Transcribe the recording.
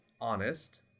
honest